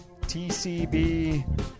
TCB